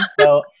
so-